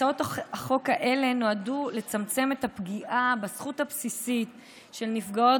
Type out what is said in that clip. הצעות החוק האלה נועדו לצמצם את הפגיעה בזכות הבסיסית של נפגעות